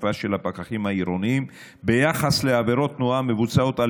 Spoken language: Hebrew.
האכיפה של הפקחים העירוניים ביחס לעבירות תנועה המבוצעות על